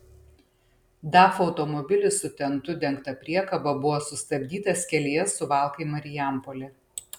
daf automobilis su tentu dengta priekaba buvo sustabdytas kelyje suvalkai marijampolė